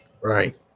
right